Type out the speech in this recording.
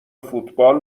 فوتبال